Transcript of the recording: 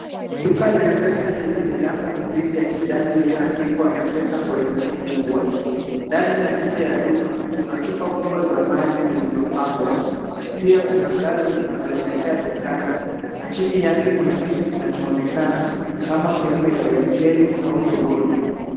Duka la mpesa lenye milango miwili ya kijani iliyoandikwa mpesa kwa herufi kubwa. Ndani na nje ya duka kuna chupa kubwa za maji zilizopangwa, pia kuna ngazi zinazoelekea dukani na chini yake kuna kitu kinachoonekana kama sehemu ya baiskeli au toroli.